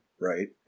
Right